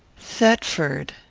thetford.